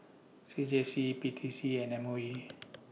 C J C P T C and M O E